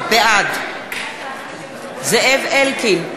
בעד זאב אלקין,